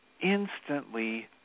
instantly